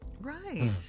Right